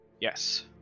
Yes